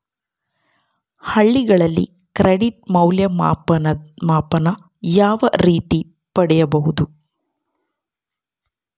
ಹಳ್ಳಿಗಳಲ್ಲಿ ಕ್ರೆಡಿಟ್ ಮೌಲ್ಯಮಾಪನ ಯಾವ ರೇತಿ ಪಡೆಯುವುದು?